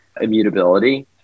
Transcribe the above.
immutability